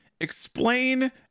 explain